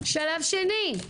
שלב שני,